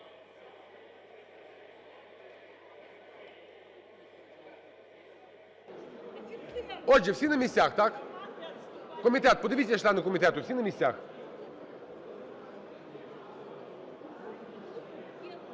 Отже, всі на місцях, так? Комітет, подивіться, члени комітету, всі на місцях. Отже,